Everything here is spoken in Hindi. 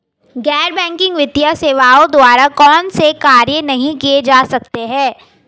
गैर बैंकिंग वित्तीय सेवाओं द्वारा कौनसे कार्य नहीं किए जा सकते हैं?